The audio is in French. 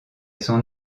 son